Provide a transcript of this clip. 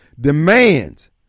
demands